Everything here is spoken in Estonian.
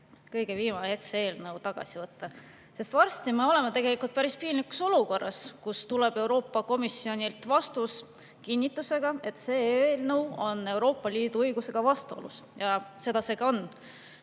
kõige viimane hetk see eelnõu tagasi võtta, kuna varsti me oleme päris piinlikus olukorras, kui tuleb Euroopa Komisjonilt vastus kinnitusega, et see eelnõu on Euroopa Liidu õigusega vastuolus. Ja seda see ka